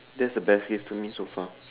that's the best gift to me so far